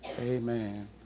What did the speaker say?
Amen